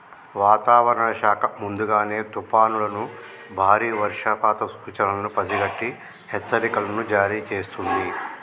వాతావరణ శాఖ ముందుగానే తుఫానులను బారి వర్షపాత సూచనలను పసిగట్టి హెచ్చరికలను జారీ చేస్తుంది